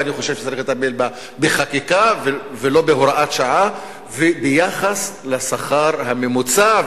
ואני חושב שצריך לטפל בה בחקיקה ולא בהוראת שעה וביחס לשכר הממוצע,